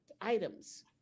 items